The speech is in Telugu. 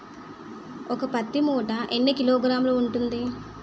ఒక పత్తి మూట ఎన్ని కిలోగ్రాములు ఉంటుంది?